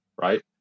Right